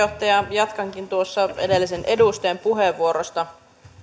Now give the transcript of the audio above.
jatkankin edellisen edustajan puheenvuorosta